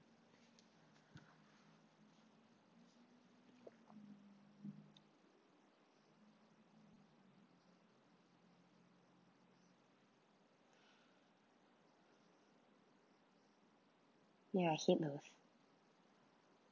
ya I hate those